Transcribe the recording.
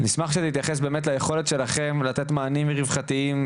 אשמח שתתייחס ליכולת שלכם לתת מענים רווחתיים,